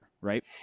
Right